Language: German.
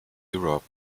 europe